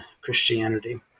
Christianity